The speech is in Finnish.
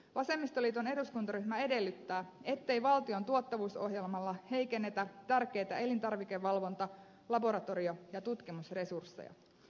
vasemmistoliiton eduskuntaryhmä edellyttää ettei valtion tuottavuusohjelmalla heiken netä tärkeitä elintarvikevalvonta laboratorio ja tutkimusresursseja